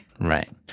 Right